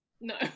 No